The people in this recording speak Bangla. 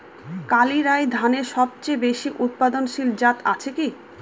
কালিরাই ধানের সবচেয়ে বেশি উৎপাদনশীল জাত আছে কি?